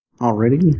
already